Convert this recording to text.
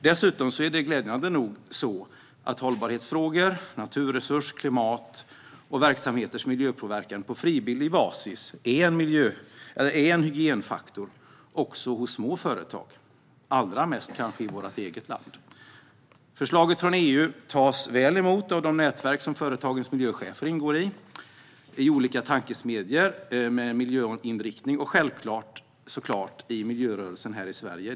Dessutom är det glädjande nog så att hållbarhetsfrågor, naturresursfrågor, klimatfrågor och frågor om verksamheters miljöpåverkan på frivillig basis är en hygienfaktor också hos små företag, allra mest kanske i vårt eget land. Förslaget från EU tas emot väl av de nätverk som företagens miljöchefer ingår i, av olika tankesmedjor med miljöinriktning och självklart av miljörörelsen här i Sverige.